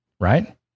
right